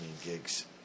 gigs